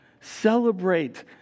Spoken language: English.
celebrate